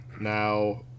Now